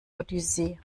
odyssee